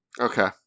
Okay